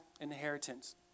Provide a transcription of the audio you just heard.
inheritance